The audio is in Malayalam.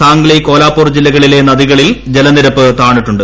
സാംഗ്ളി കോലാപ്പൂർ ജില്ലകളിലെ നദികളിൽ ജലനിരപ്പ് താണിട്ടുണ്ട്